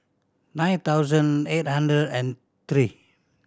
nine thousand eight hundred and three